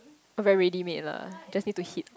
oh very ready made lah just need to heat